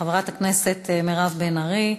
חברת הכנסת מירב בן ארי,